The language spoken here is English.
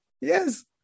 yes